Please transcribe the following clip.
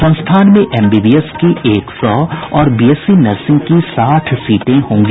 संस्थान में एम॰बी॰बी॰एस॰ की एक सौ और बी॰एस॰सी॰ नर्सिंग की साठ सीटें होंगी